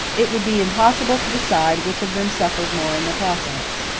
it would be impossible to decide which of them suffered more in the process.